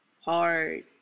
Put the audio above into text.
hard